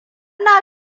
na